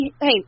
hey